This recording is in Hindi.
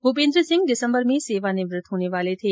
भूपेन्द्र सिंह दिसम्बर में सेवानिवृत होने वाले थे